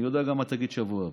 אני יודע גם מה תגיד שבוע הבא,